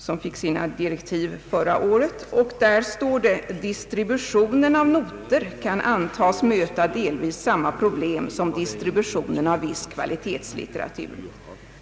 Den fick sina direktiv förra året, och där står det: »Distributionen av noter kan antas möta delvis samma problem som distributionen av viss kvalitetslitteratur.